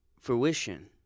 fruition